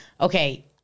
okay